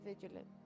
vigilant